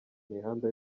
imihanda